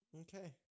Okay